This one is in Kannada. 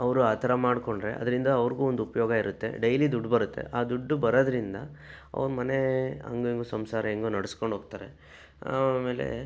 ಅವರು ಆ ಥರ ಮಾಡ್ಕೊಂಡ್ರೆ ಅದರಿಂದ ಅವ್ರಿಗೂ ಒಂದು ಉಪಯೋಗ ಇರುತ್ತೆ ಡೈಲಿ ದುಡ್ಡು ಬರುತ್ತೆ ಆ ದುಡ್ಡು ಬರೋದ್ರಿಂದ ಅವರ ಮನೆ ಹಾಗೋ ಹೀಗೋ ಸಂಸಾರ ಹೇಗೋ ನಡೆಸ್ಕೊಂಡು ಹೋಗ್ತಾರೆ ಆಮೇಲೆ